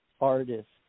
artists